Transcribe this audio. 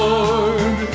Lord